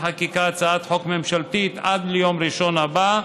חקיקה הצעת חוק ממשלתית עד ליום ראשון הבא,